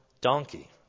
donkey